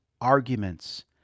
arguments